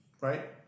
Right